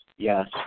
Yes